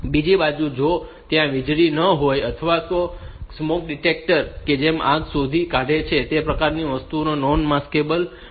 બીજી બાજુ જો ત્યાં વીજળી ન હોય અથવા જો સ્મોક ડિટેક્ટર કે જે આગને શોધી કાઢે છે તે પ્રકારની વસ્તુઓ નોન માસ્કેબલ હોય છે